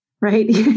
Right